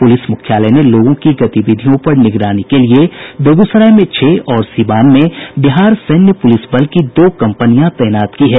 police मुख्यालय ने लोगों की गतिविधियों पर निगरानी के लिए बेगूसराय में छह और सिवान में बिहार सैन्य पुलिस बल की दो कंपनियां तैनात की है